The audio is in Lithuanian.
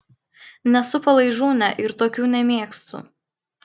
nesu palaižūnė ir tokių nemėgstu